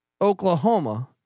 Oklahoma